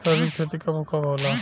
सरसों के खेती कब कब होला?